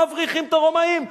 מבריחים את הרומאים,